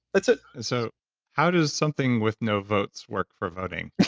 that's it and so how does something with no votes work for voting?